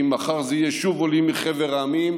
מחר זה יהיה שוב עולים מחבר המדינות,